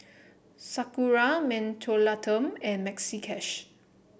Sakura Mentholatum and Maxi Cash